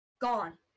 Gone